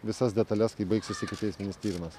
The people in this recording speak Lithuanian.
visas detales kai baigsis ikiteisminis tyrimas